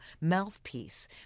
mouthpiece